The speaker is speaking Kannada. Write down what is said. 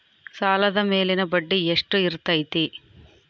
ಸಾಲದ ಮೇಲಿನ ಬಡ್ಡಿ ಎಷ್ಟು ಇರ್ತೈತೆ?